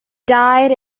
died